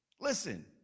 Listen